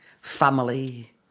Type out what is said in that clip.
family